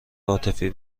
عاطفی